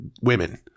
women